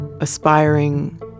aspiring